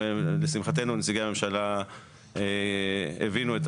ולשמחתנו נציגי הממשלה הבינו את